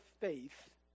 faith